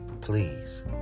Please